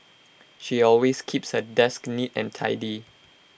she always keeps her desk neat and tidy